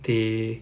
they